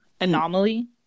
Anomaly